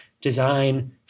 design